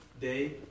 day